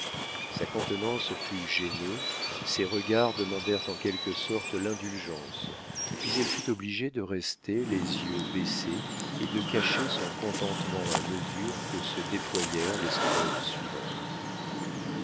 sa contenance fut gênée ses regards demandèrent en quelque sorte l'indulgence puis elle fut obligée de rester les yeux baissés et de cacher son contentement à mesure que se déployèrent les strophes suivantes